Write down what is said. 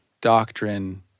doctrine